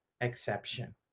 exception